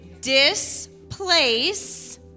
displace